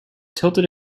tilted